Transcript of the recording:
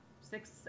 six